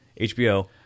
HBO